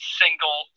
single